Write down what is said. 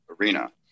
arena